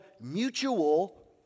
mutual